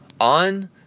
on